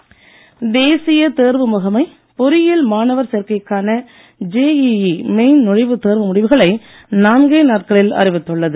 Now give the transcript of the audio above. JEE result தேசிய தேர்வு முகமை பொறியியல் மாணவர் சேர்க்கைக்கான ஜேஇஇ மெயின் நுழைவுத் தேர்வு முடிவுகளை நான்கே நாட்களில் அறிவித்துள்ளது